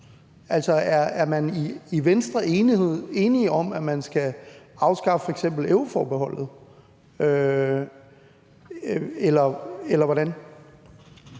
er man i Venstre enige om, at man skal afskaffe f.eks. euroforbeholdet – eller hvordan?